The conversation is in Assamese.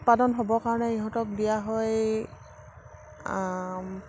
উৎপাদন হ'বৰ কাৰণে ইহঁতক দিয়া হয়